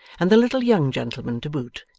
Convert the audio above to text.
and the little young gentleman to boot,